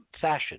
fashion